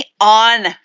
on